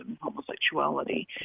homosexuality